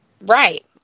Right